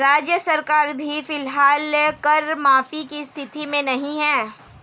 राज्य सरकार भी फिलहाल कर माफी की स्थिति में नहीं है